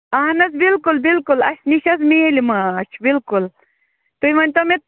اَہَن حظ بِلکُل بِلکُل اَسہِ نِش حظ میلہِ مانٛچھ بِلکُل تُہۍ ؤنۍتَو مےٚ